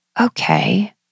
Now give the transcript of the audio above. Okay